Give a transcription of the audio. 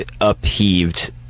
upheaved